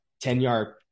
Ten-yard